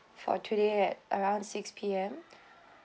for today at around six P_M